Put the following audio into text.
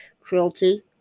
cruelty